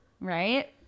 right